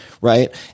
right